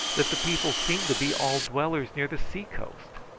that the people seem to be all dwellers near the sea-coast.